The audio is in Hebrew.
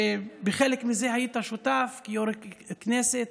ובחלק מזה היית שותף כיו"ר הכנסת.